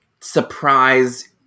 surprise